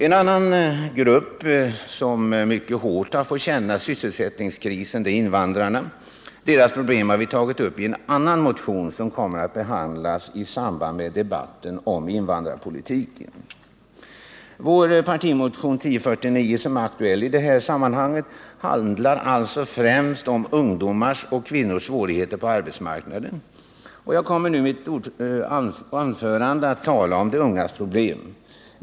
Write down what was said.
En annan grupp som mycket hårt får känna av sysselsättningskrisen är invandrarna. Deras problem har vi tagit upp i en annan motion som kommer att behandlas i samband med debatten om invandrarpolitiken. Vår partimotion 1049, som är aktuell i detta sammanhang, handlar alltså främst om ungdomars och kvinnors svårigheter på arbetsmarknaden. Jag kommer nu i mitt anförande att tala om de ungas problem.